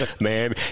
man